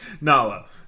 Nala